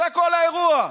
זה הכול האירוע.